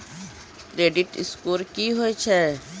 Credit score की होय छै?